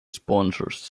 sponsors